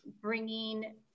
bringing